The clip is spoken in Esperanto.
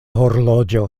horloĝo